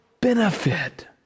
benefit